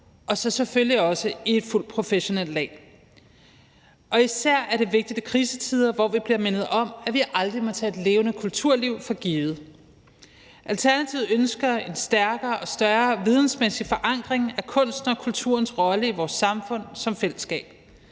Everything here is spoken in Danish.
og så selvfølgelig også i det fuldt professionelle lag. Især er det vigtigt i krisetider, hvor vi bliver mindet om, at vi aldrig må tage et levende kulturliv for givet. Alternativet ønsker en stærkere og større vidensmæssig forankring af kunstens og kulturens rolle i vores samfund som fællesskab.